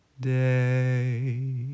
day